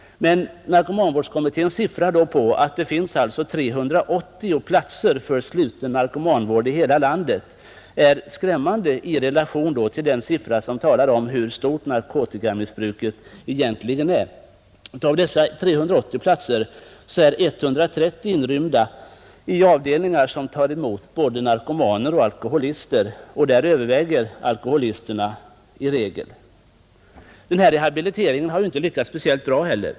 Men narkomanvårdskommitténs siffror, som säger att det finns 380 platser för sluten narkomanvård i hela landet, är skrämmande sedda i relation till de siffror som talar om hur stort narkotikamissbruket egentligen är. Av nämnda 380 platser är 130 inrymda i avdelningar som tar emot både narkomaner och alkoholister, av vilka antalet alkoholister i regel överväger. Rehabiliteringen har inte heller lyckats speciellt bra.